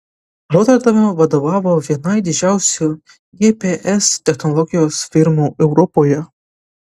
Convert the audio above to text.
roterdame vadovavo vienai didžiausių gps technologijos firmų europoje